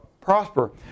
prosper